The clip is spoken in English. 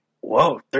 Whoa